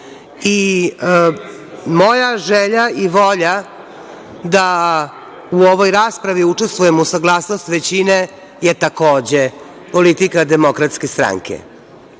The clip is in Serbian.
i moja želja i volja da u ovoj raspravi učestvujemo uz saglasnost većine je takođe politika DS.To da li će